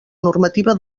normativa